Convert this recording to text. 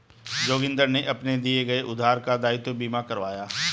जोगिंदर ने अपने दिए गए उधार का दायित्व बीमा करवाया